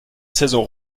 saison